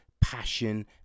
passion